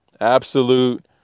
absolute